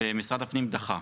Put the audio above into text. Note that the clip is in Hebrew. ומשרד הפנים דחה.